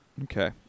Okay